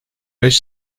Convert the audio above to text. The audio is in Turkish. beş